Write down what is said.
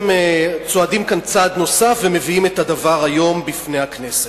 צועדים כאן צעד נוסף ומביאים את הדבר היום בפני הכנסת.